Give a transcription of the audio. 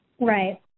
Right